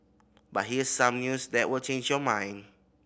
but here's some news that will change your mind